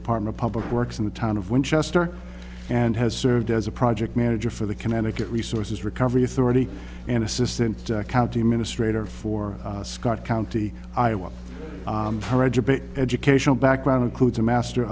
department of public works in the town of winchester and has served as a project manager for the connecticut resources recovery authority and assistant county administrator for scott county iowa educational background includes a master